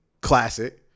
classic